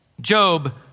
Job